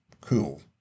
Cool